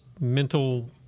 mental